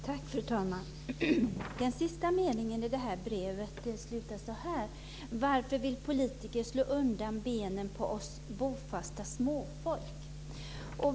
Fru talman! Den sista meningen i det brev jag tidigare nämnde lyder så här: Varför vill politiker slå undan benen på oss bofasta småfolk?